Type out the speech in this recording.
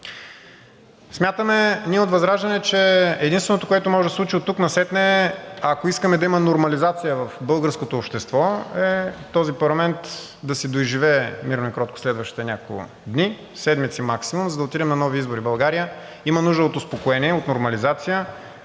Смятаме, ние от ВЪЗРАЖДАНЕ, че единственото, което може да се случи оттук насетне, ако искаме да има нормализация в българското общество, е този парламент да си доизживее мирно и кротко следващите няколко дни, седмици максимум, за да отидем на нови избори. България има нужда от успокоение, от нормализация.